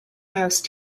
house